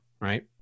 right